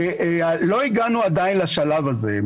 לא הגענו עדיין לשלב הזה.